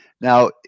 Now